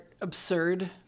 absurd